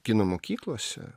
kino mokyklose